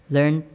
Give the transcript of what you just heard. Learn